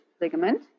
ligament